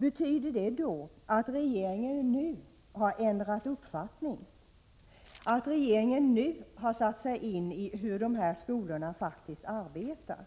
Betyder det att regeringen nu har ändrat uppfattning, att regeringen nu har satt sig in i hur dessa skolor faktiskt arbetar,